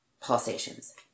pulsations